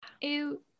ew